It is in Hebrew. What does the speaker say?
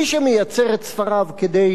מי שמייצר את ספריו כדי